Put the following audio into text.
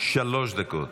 שלוש דקות.